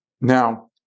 now